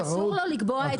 אסור לו לקבוע את המחיר.